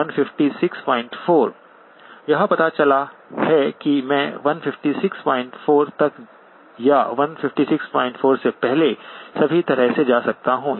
1564 यह पता चला है कि मैं 1564 तक या 1564 से पहले सभी तरह से जा सकता हूं